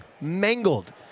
mangled